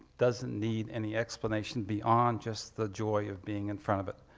doesn't need any explanation beyond just the joy of being in front of it.